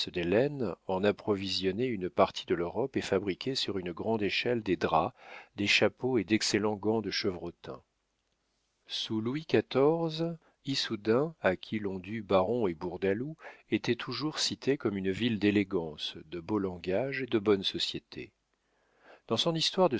en approvisionnait une partie de l'europe et fabriquait sur une grande échelle des draps des chapeaux et d'excellents gants de chevreautin sous louis xiv issoudun à qui l'on dut baron et bourdaloue était toujours citée comme une ville d'élégance de beau langage et de bonne société dans son histoire de